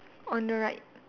on the right